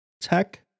tech